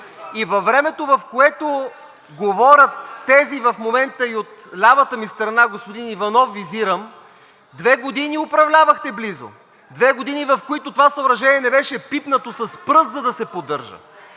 Във времето, в което говорят тези в момента и от лявата ми страна – господин Иванов визирам, две години близо управлявахте. Две години, в които това съоръжение не беше пипнато с пръст, за да се поддържа.